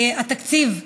התקציב,